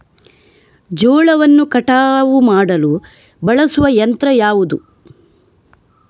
ಜೋಳವನ್ನು ಕಟಾವು ಮಾಡಲು ಬಳಸುವ ಯಂತ್ರ ಯಾವುದು?